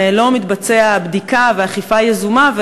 ולא מתבצעות בדיקה ואכיפה יזומה,